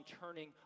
turning